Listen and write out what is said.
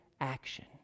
action